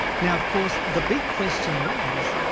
now of course the big question was,